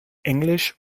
englisch